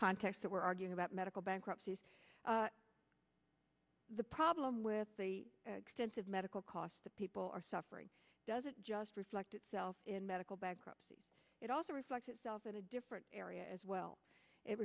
context that we're arguing about medical bankruptcies the problem with the stance of medical costs that people are suffering doesn't just reflect itself in medical bankruptcy it also reflects itself in a different area as well it